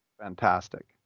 fantastic